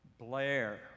Blair